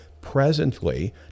presently